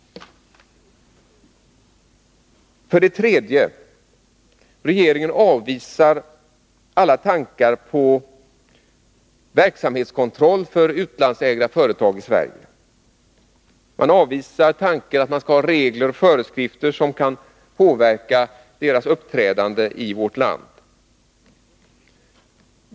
3. Regeringen avvisar alla tankar på verksamhetskontroll för utlandsägda företag i Sverige. Man avvisar tanken att man skall ha regler och föreskrifter som kan påverka deras uppträdande i vårt land.